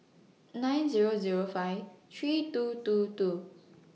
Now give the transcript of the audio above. nine Zero Zero five three two two two